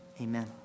amen